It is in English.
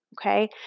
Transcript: Okay